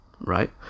right